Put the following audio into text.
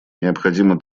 необходимо